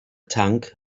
tank